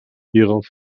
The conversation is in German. hierauf